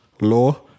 law